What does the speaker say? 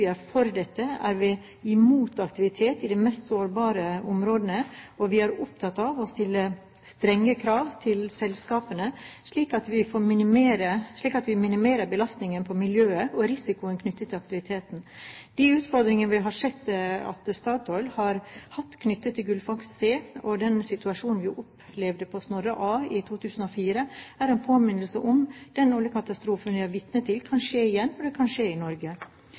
er for dette, er vi imot aktivitet i de mest sårbare områdene. Og vi er opptatt av å stille strenge krav til selskapene, slik at vi minimerer belastningen på miljøet og risikoen knyttet til aktiviteten. De utfordringer vi har sett at Statoil har hatt knyttet til Gullfaks C og den situasjonen vi opplevde på Snorre A i 2004, er en påminnelse om at den oljekatastrofen vi er vitne til, kan skje igjen, og det kan skje i Norge.